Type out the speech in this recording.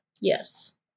Yes